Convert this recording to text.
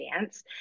dance